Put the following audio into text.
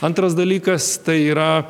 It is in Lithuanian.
antras dalykas tai yra